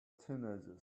teenagers